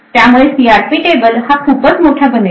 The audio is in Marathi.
त्यामुळे सीआरपी टेबल हा खूपच मोठा बनेल